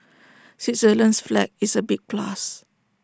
Switzerland's flag is A big plus